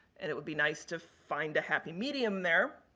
and, it would be nice to find a happy medium there.